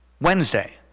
Wednesday